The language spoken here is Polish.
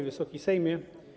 Wysoki Sejmie!